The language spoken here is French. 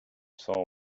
sang